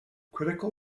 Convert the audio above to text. critical